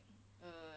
err